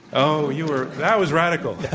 oh, you were that was radical.